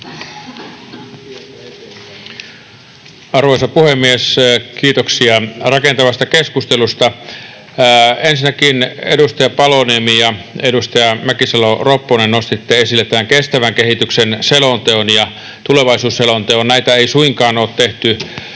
Arvoisa puhemies! Kiitoksia rakentavasta keskustelusta. Ensinnäkin, edustaja Paloniemi ja edustaja Mäkisalo-Ropponen, nostitte esille kestävän kehityksen selonteon ja tulevaisuusselonteon. Näitä ei suinkaan ole tehty